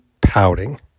pouting